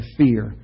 fear